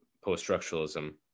post-structuralism